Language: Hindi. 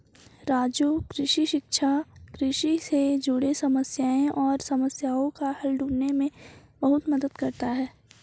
राजू कृषि शिक्षा कृषि से जुड़े समस्याएं और समस्याओं का हल ढूंढने में बहुत मदद करता है